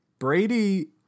Brady